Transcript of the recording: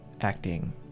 acting